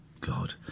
God